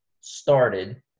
started